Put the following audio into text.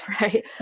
right